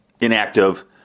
inactive